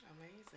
amazing